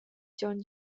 gion